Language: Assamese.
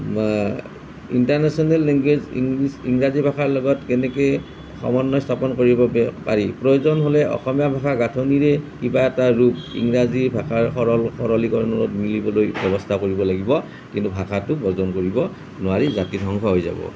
ইন্টাৰনেশ্বনেল লেংগুৱেজ ইংলিছ ইংৰাজী ভাষাৰ লগত কেনেকে সমন্ৱয় স্থাপন কৰিবগে পাৰি প্ৰয়োজন হ'লে অসমীয়া ভাষাৰ গাঁথনিৰে কিবা এটা ৰূপ ইংৰাজী ভাষাৰ সৰল সৰলীকৰণ মিলিবলৈ ব্যৱস্থা কৰিব লাগিব কিন্তু ভাষাটো বৰ্জন কৰিব নোৱাৰি জাতি ধ্বংস হৈ যাব